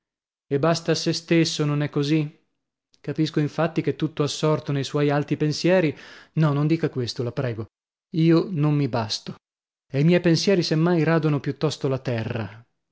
e basta a sè stesso non è così capisco infatti che tutto assorto nei suoi alti pensieri no non dica questo la prego io non mi basto e i miei pensieri se mai radono piuttosto la terra